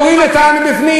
הם קורעים את העם מבפנים.